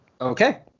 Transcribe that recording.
Okay